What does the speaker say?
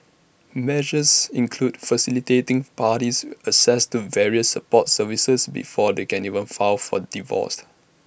measures include facilitating parties access to various support services before they can even file for divorce